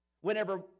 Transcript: Whenever